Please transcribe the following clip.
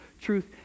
truth